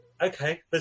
Okay